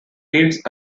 beads